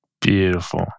Beautiful